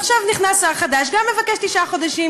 עכשיו נכנס שר חדש וגם הוא מבקש תשעה חודשים,